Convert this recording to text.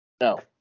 No